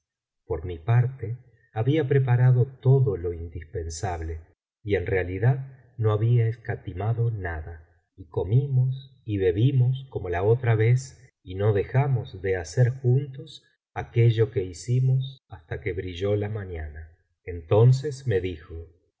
por mi parte había preparado todo lo indispensable y en realidad no había escatimado nada y comimos y bebimos como la otra vez y no dejamos de hacer juntos aquello que hicimos hasta que brilló la mañana entonces me dijo